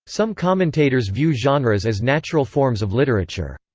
some commentators view genres as natural forms of literature.